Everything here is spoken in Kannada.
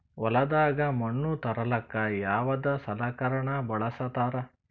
ಹೊಲದಾಗ ಮಣ್ ತರಲಾಕ ಯಾವದ ಸಲಕರಣ ಬಳಸತಾರ?